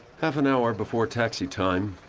half an hour before taxi time,